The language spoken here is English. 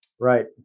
Right